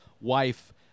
wife